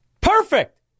Perfect